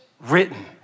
written